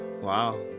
Wow